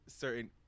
certain